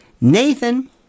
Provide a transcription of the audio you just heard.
Nathan